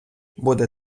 буде